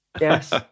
Yes